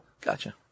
Gotcha